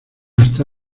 está